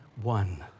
one